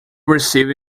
received